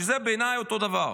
שזה בעיניי אותו דבר,